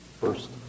first